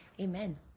Amen